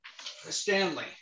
Stanley